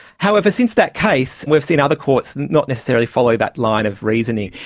however, since that case we've seen other courts not necessarily follow that line of reasoning.